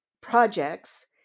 projects